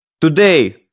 Today